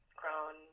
grown